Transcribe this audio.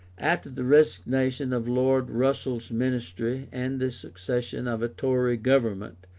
after the resignation of lord russell's ministry and the succession of a tory government,